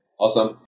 Awesome